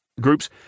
Groups